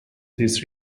these